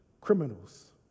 criminals